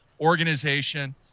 organization